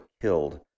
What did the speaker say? killed